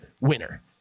winner